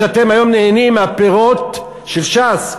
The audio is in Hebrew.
אתם היום נהנים מהפירות של ש"ס,